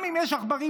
גם אם יש עכברים,